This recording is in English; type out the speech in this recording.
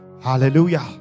hallelujah